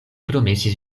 promesis